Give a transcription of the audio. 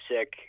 sick